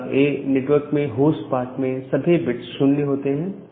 class A network में host part में सभी बिट 0 होते हैं